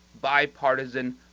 bipartisan